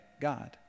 God